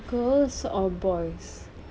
girls or boys